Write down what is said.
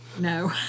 No